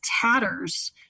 tatters